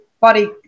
body